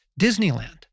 Disneyland